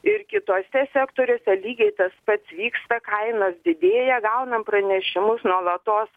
ir kituose sektoriuose lygiai tas pats vyksta kainos didėja gaunam pranešimus nuolatos